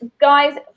guys